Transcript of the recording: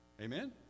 Amen